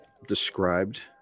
described